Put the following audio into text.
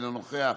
אינו נוכח,